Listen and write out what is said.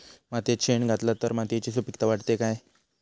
मातयेत शेण घातला तर मातयेची सुपीकता वाढते काय?